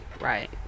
Right